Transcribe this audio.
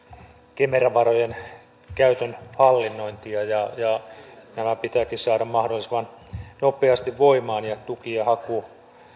kemera varojen käytön hallinnointia ja ja nämä pitääkin saada mahdollisimman nopeasti voimaan ja tukien haku